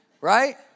Right